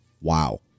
Wow